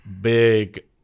big